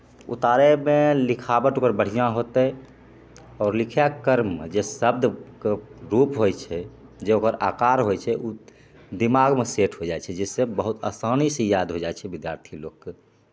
उतारैमे लिखावट ओकर बढ़िआँ होतै आओर लिखैके क्रममे जे शब्दके रूप होइ छै जे ओकर आकार होइ छै ओ दिमागमे सेट हो जाइ छै जे सब बहुत आसानीसे याद हो जाइ छै विद्यार्थी लोकके